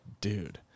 dude